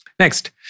Next